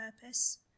purpose